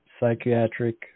psychiatric